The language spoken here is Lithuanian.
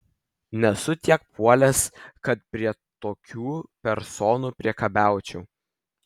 nesu tiek puolęs kad prie tokių personų priekabiaučiau